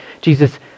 Jesus